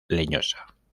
leñosa